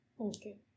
Okay